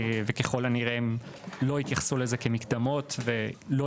ככל הנראה הם לא יתייחסו לזה כמקדמות ולא